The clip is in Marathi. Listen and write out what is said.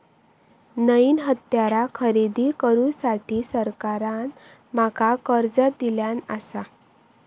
नईन हत्यारा खरेदी करुसाठी सरकारान माका कर्ज दिल्यानं आसा